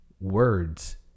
words